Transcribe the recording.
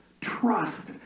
trust